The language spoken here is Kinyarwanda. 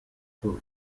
kuko